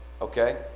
Okay